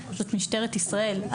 זאת משטרת ישראל.